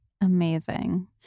Amazing